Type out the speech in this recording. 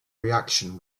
reaction